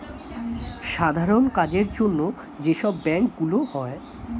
সাধারণ কাজের জন্য যে সব ব্যাংক গুলো হয়